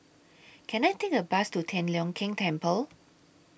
Can I Take A Bus to Tian Leong Keng Temple